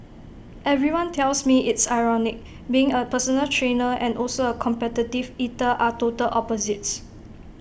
everyone tells me it's ironic being A personal trainer and also A competitive eater are total opposites